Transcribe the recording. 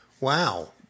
Wow